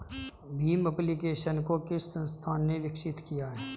Bhim application को किस संस्था ने विकसित किया है?